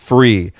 Free